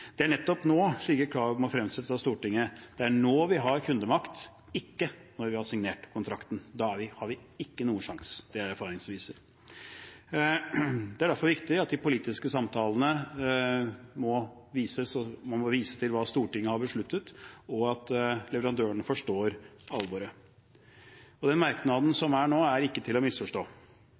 saksordføreren nevnte. Nettopp nå må slike krav fremsettes av Stortinget. Det er nå vi har kundemakt, ikke når vi har signert kontrakten. Da har vi ikke noen sjanse, det viser erfaring. Det er derfor viktig at de politiske samtalene må vises. Man må vise til hva Stortinget har besluttet og at leverandørene forstår alvoret. Merknaden nå er ikke til å misforstå.